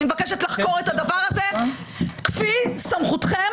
אני מבקשת לחקור את הדבר הזה כפי סמכותכם,